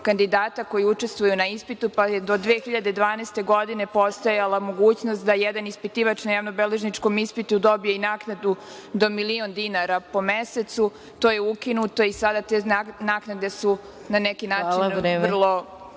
koji učestvuju na ispitu, pa je do 2012. godine postojala mogućnost da jedan ispitivač na javnobeležničkom ispitu dobije i naknadu do milion dinara po mesecu. To je ukinuto i sada te naknade su na neki način vrlo simbolične.